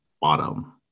bottom